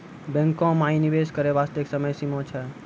बैंको माई निवेश करे बास्ते की समय सीमा छै?